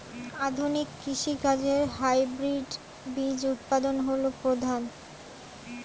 আধুনিক কৃষি কাজে হাইব্রিড বীজ উৎপাদন হল প্রধান